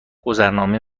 گذرنامه